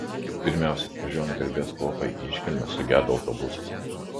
pirmiausia važiuojant garbės kuopai į iškilmes sugedo autobusas